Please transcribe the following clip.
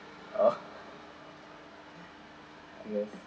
oh yes